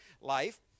life